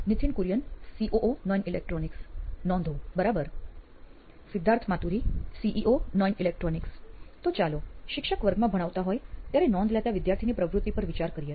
Nithin Kurian COO નોઇન electronics નોંધો બરાબર સિદ્ધાર્થ માતુરી સીઇઓ નોઇન ઇલેક્ટ્રોનિક્સ તો ચાલો શિક્ષક વર્ગમાં ભણાવતા હોય ત્યારે નોંધ લેતા વિદ્યાર્થીની પ્રવૃત્તિ પર વિચાર કરીએ